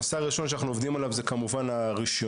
הנושא הראשון שאנחנו עובדים עליו הוא כמובן הרישיונות.